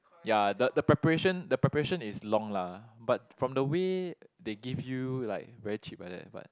ya the the preparation the preparation is long lah but from the way they give you like very cheap like that but